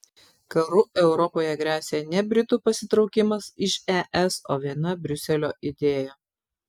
karu europoje gresia ne britų pasitraukimas iš es o viena briuselio idėja